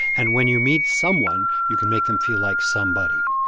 and when you meet someone, you can make them feel like somebody.